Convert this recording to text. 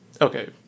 okay